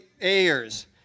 Ayers